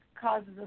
causes